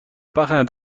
parrain